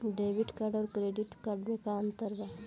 Debit card आउर credit card मे का अंतर बा?